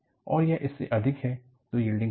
और यह इससे अधिक है तो यील्डिंग होगी